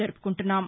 జరువుకుంటున్నాం